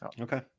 Okay